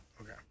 Okay